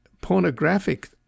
pornographic